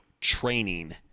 training